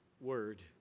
word